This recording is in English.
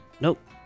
Nope